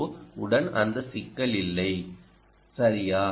ஓ உடன் அந்த சிக்கல் இல்லை சரியா